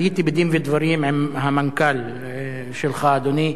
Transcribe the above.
הייתי בדין-ודברים עם המנכ"ל שלך, אדוני,